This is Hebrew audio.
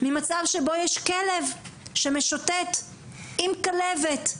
ממצב שבו יש כלב שמשוטט עם כלבת,